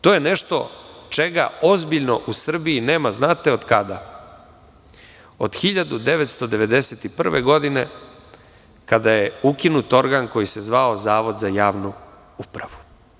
To je nešto čega ozbiljno u Srbiji nema, znate od kada, od 1991. godine, kada je ukinut organ koji se zvao Zavod za javnu upravu.